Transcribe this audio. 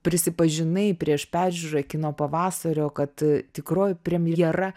prisipažinai prieš peržiūrą kino pavasario kad tikroji premjera